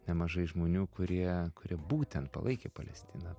nemažai žmonių kurie kurie būtent palaikė palestiną